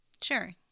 Sure